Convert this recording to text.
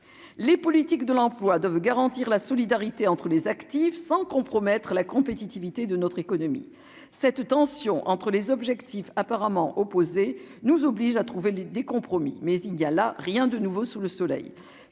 les politiques de l'emploi doivent garantir la solidarité entre les actifs sans compromettre la compétitivité de notre économie, cette tension entre les objectifs apparemment opposés, nous oblige à trouver des des compromis, mais il y a là rien de nouveau sous le soleil,